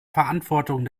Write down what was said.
verantwortung